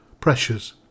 Pressures